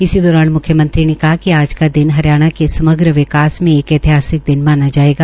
इसी दौरान म्ख्मयंत्रीने कहा कि आज का दिन हरियाणा के समग्र विकास में एक ऐतिहासिक दिन माना जायेगा